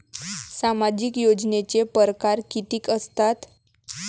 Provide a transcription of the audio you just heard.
सामाजिक योजनेचे परकार कितीक असतात?